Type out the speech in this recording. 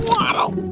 waddle,